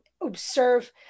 observe